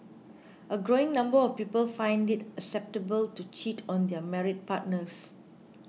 a growing number of people find it acceptable to cheat on their married partners